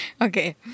Okay